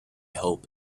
hope